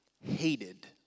hated